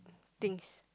things